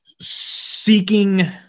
seeking